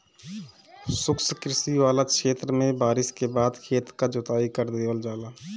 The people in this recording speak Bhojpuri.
शुष्क कृषि वाला क्षेत्र में बारिस के बाद खेत क जोताई कर देवल जाला